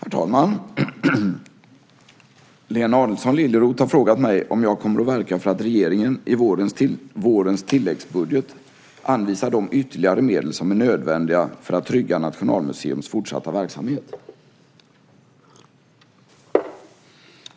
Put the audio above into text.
Herr talman! Lena Adelsohn Liljeroth har frågat mig om jag kommer att verka för att regeringen i vårens tilläggsbudget anvisar de ytterligare medel som är nödvändiga för att trygga Nationalmuseums fortsatta verksamhet.